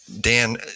dan